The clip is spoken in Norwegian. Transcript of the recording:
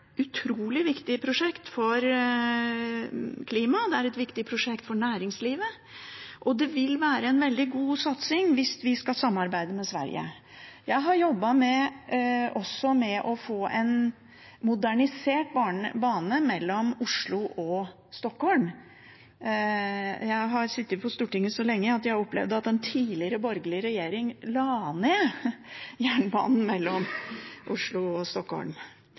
utrolig viktig prosjekt for klimaet, det er et viktig prosjekt for næringslivet, og det vil være en veldig god satsing hvis vi skal samarbeide med Sverige. Jeg har også jobbet med å få en modernisert bane mellom Oslo og Stockholm. Jeg har sittet på Stortinget så lenge at jeg opplevde at en tidligere borgerlig regjering la ned jernbanen mellom Oslo og Stockholm.